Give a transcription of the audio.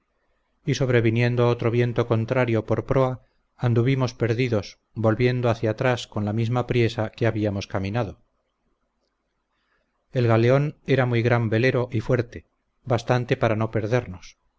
y sobreviniendo otro viento contrario por proa anduvimos perdidos volviendo hacía atrás con la misma priesa que habíamos caminado el galeón era muy gran velero y fuerte bastante para no perdernos